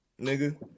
nigga